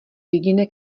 jediné